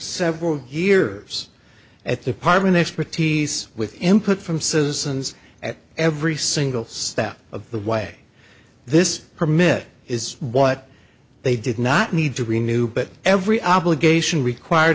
several years at the apartment expertise with input from says ns at every single step of the way this permit is what they did not need to renew but every obligation required